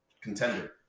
contender